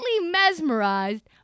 mesmerized